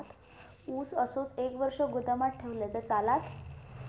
ऊस असोच एक वर्ष गोदामात ठेवलंय तर चालात?